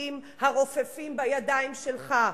לחוטים הרופפים בידיים שלך.